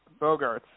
Bogarts